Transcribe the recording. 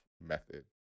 method